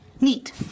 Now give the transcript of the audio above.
Neat